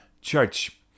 Church